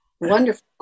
wonderful